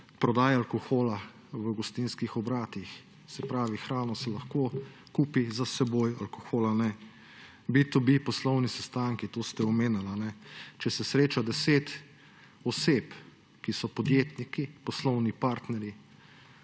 prodaje alkohola v gostinskih obratih, se pravi, hrana se lahko kupi za s seboj, alkohol. B2B poslovni sestanki, to ste omenili. Če se sreča 10 oseb, ki so podjetniki, poslovni partnerji,